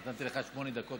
נתתי לך שמונה דקות,